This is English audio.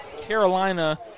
Carolina